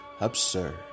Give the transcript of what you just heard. Absurd